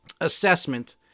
assessment